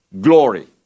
glory